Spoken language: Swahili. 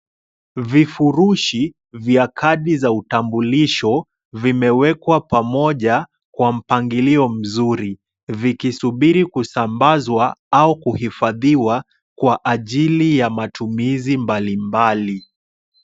Vifurushi vya kadi za utambulisho vimewekwa pamoja kwa mpangilio mzuri vikisubiri kusambazwa au kuhifadhiwa kwa ajili ya matumizi mbali mbali.